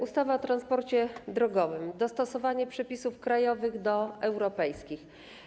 Ustawa o transporcie drogowym, dostosowanie przepisów krajowych do europejskich.